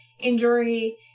injury